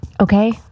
Okay